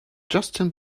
justin